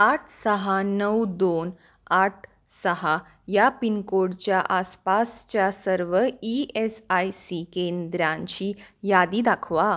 आठ सहा नऊ दोन आठ सहा या पिनकोडच्या आसपासच्या सर्व ई एस आय सी केंद्रांची यादी दाखवा